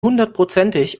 hundertprozentig